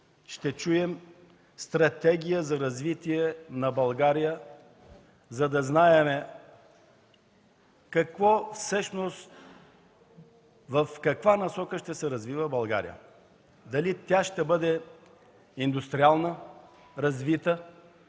ще чуем стратегия за развитие на България, за да знаем в каква насока ще се развива България – дали ще бъде индустриална, развита